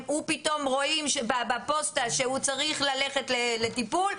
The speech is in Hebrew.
פתאום רואים בפוסטה שהוא צריך ללכת לטיפול,